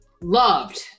loved